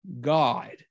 God